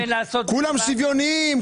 כולם בשוויון,